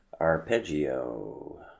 Arpeggio